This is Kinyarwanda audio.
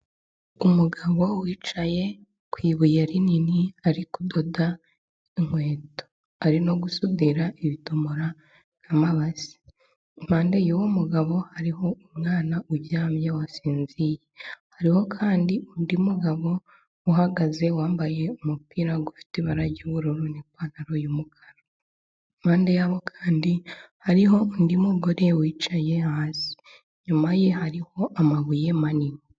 Umugabo wicaye ku ibuye rinini ariko kudoda inkweto ari no gusudira ibidomora n'amabase, impande y'uwo mugabo hariho umwana uryamye wasinziye, hariho kandi undi mugabo uhagaze wambaye umupira ufite ibara ry'ubururu n'ipantaro y'umukara, impande yabo kandi hariho undi mugore wicaye hasi inyuma ye hariho amabuye manini.